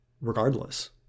regardless